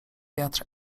wiatr